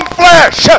flesh